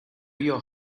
your